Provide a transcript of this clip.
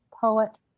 Poet